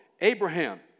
Abraham